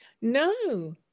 No